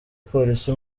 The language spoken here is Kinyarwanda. polisi